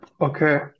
Okay